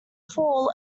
fall